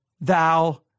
thou